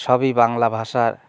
সবই বাংলা ভাষার